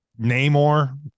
Namor